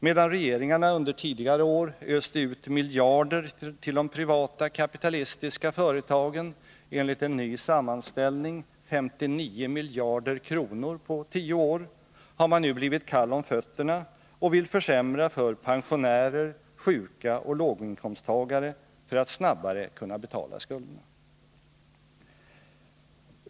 Medan regeringarna under tidigare år öste ut miljarder till de privata kapitalistiska företagen — enligt en ny sammanställning 59 miljarder kronor på tio år — har man nu blivit kall om fötterna och vill försämra för pensionärer, sjuka och låginkomsttagare för att snabbare kunna betala skulderna.